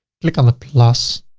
click on the plus,